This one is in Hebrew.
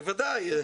בוודאי,